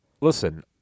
Listen